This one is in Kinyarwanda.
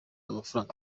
amafaranga